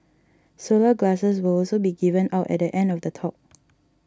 solar glasses will also be given out at the end of the talk